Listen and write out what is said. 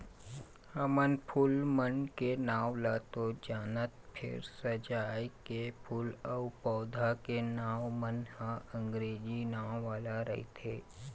हमन फूल मन के नांव ल तो जानथन फेर सजाए के फूल अउ पउधा के नांव मन ह अंगरेजी नांव वाला रहिथे